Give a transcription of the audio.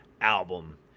album